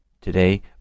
today